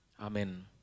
Amen